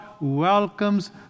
welcomes